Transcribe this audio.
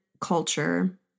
culture